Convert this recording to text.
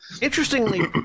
Interestingly